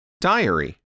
Diary